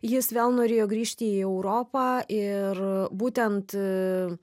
jis vėl norėjo grįžti į europą ir būtent